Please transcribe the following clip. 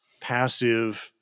passive